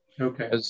Okay